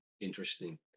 Interesting